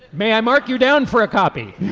may i mark you down for a copy